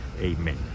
Amen